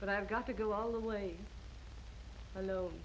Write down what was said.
but i've got to go all the way i know